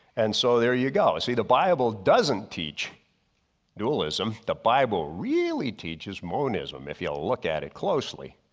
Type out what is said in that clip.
and so, there you go. ah see the bible doesn't teach dualism, the bible really teaches monism if yeah look at it closely.